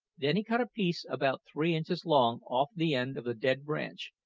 then he cut a piece about three inches long off the end of a dead branch,